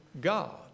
God